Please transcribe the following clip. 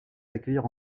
accueillir